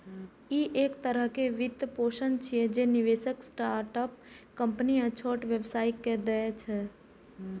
ई एक तरहक वित्तपोषण छियै, जे निवेशक स्टार्टअप कंपनी आ छोट व्यवसायी कें दै छै